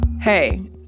Hey